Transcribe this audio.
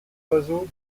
oiseaux